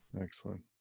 Excellent